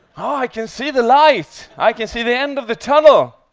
ah i can see the lights i can see the end of the tunnel